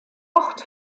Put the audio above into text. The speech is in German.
ort